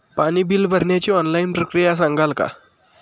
पाणी बिल भरण्याची ऑनलाईन प्रक्रिया सांगाल का?